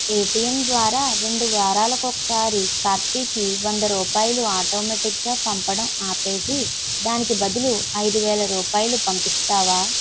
ATM ద్వారా రెండు వారాలకొకసారి కార్తిక్కి వంద రూపాయలు ఆటోమేటిక్గా పంపడం ఆపేసి దానికి బదులు ఐదు వేల రూపాయలు పంపిస్తావా